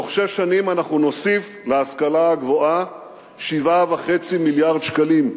בתוך שש שנים אנחנו נוסיף להשכלה הגבוהה 7.5 מיליארדי שקלים.